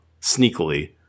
sneakily